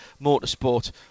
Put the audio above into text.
motorsport